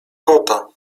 kota